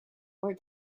were